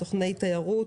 סוכני תיירות,